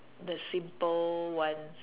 the simple ones